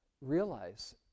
realize